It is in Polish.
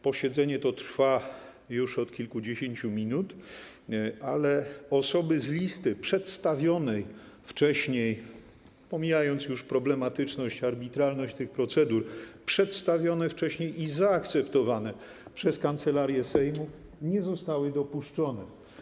Posiedzenie to trwa już od kilkudziesięciu minut, ale osoby z listy przedstawionej wcześniej - pomijając już problematyczność i arbitralność tych procedur - i zaakceptowanej przez Kancelarię Sejmu nie zostały dopuszczone.